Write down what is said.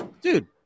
dude